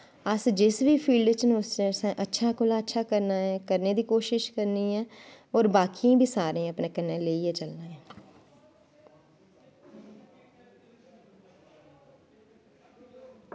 अस जिस बी फील्ड च न असें उस च असें अच्छे कोला अच्छा करना ऐं ते करने दी कोशिश करनी ऐं और बाकियें बी सारें गी अपनै कन्नै लेइयै चलना ऐ